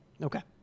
Okay